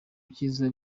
byiza